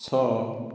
ଛଅ